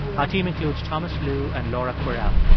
our team includes thomas lu and laura kwerel.